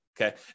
okay